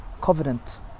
covenant